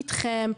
איתכם,